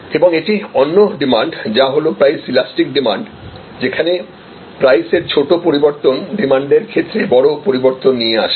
এবং এটি অন্য ডিমান্ড যা হল প্রাইস ইলাস্টিক ডিমান্ড যেখানে প্রাইস এর ছোট পরিবর্তন ডিমান্ডের ক্ষেত্রে বড় পরিবর্তন নিয়ে আসে